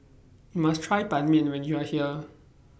YOU must Try Ban Mian when YOU Are here